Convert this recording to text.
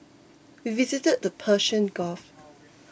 we visited the Persian Gulf